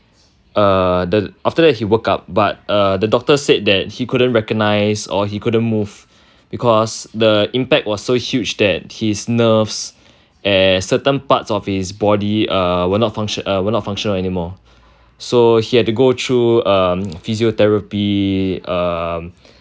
uh the after that he woke up but uh the doctor said that he couldn't recognise or he couldn't move because the impact was so huge that his nerves and certain parts of his body uh will not func~ uh will not function anymore so he had to go through um physiotherapy um